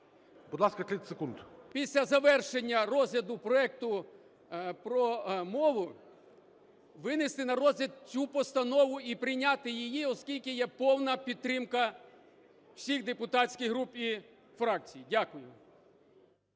Після завершення розгляду проекту про мову винести на розгляд цю постанову і прийняти її, оскільки є повна підтримка всіх депутатських груп і фракцій. Дякую.